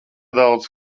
daudz